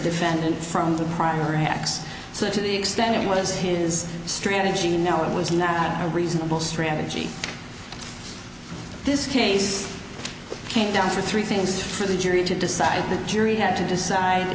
defendant from the prior acts so to the extent it was his strategy you know it was not a reasonable strategy this case came down to three things for the jury to decide the jury had to decide